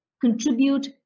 contribute